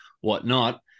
whatnot